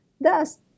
thus